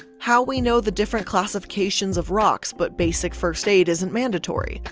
how we know the different classifications of rocks, but basic first aid isn't mandatory.